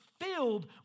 filled